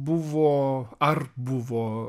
buvo ar buvo